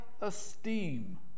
esteem